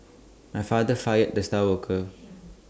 my father fired the star worker